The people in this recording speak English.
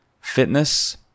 fitness